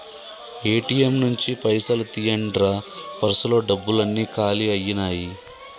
ATM నుంచి పైసలు తీయండ్రా పర్సులో డబ్బులన్నీ కాలి అయ్యినాయి